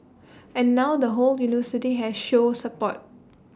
and now the whole university has show support